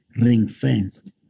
ring-fenced